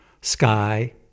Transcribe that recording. sky